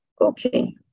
okay